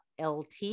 LT